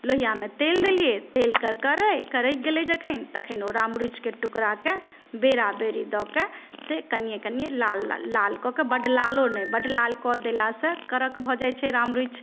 लोहियामे तेल देलियै तेल कर कर करकि गेलय जखन तखन ओ राम रूचिके टुकड़ाके बेराबेरी दऽके से कनियें कनियें लाल लाल कऽके बड्ड लालो नहि बड्ड लाल कऽ देलासँ कड़क भऽ जाइ छै राम रूचि